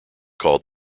called